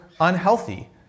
unhealthy